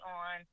on